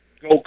Go